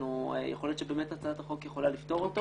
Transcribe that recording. יכול להיות שבאמת הצעת החוק יכולה לפתור את זה.